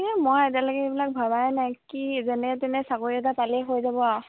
এ মই এতিয়ালৈকে এইবিলাক ভাবাই নাই কি যেনে তেনে চাকৰি এটা পালেই হৈ যাব আৰু